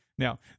Now